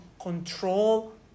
control